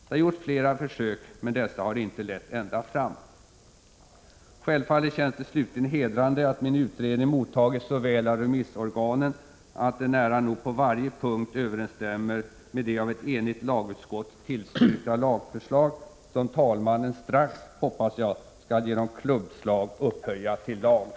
Det har gjorts flera försök, men dessa har inte lett ända fram. Självfallet känns det slutligen hedrande att min utredning mottagits så väl av remissorganen, att den nära nog på varje punkt överensstämmer med det av ett enigt lagutskott tillstyrkta lagförslag som talmannen strax — hoppas jag — skall genom klubbslag upphöja till lag.